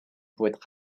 poète